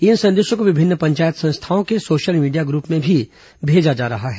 इन संदेशों को विभिन्न पंचायत संस्थाओं के सोशल मीडिया ग्र्प में भी भेजा जा रहा है